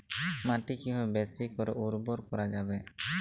মাটি কিভাবে বেশী করে উর্বর করা যাবে?